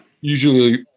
Usually